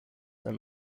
and